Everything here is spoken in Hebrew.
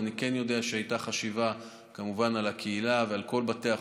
אני כן יודע שהייתה חשיבה על הקהילה ועל כל בתי החולים,